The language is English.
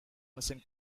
missing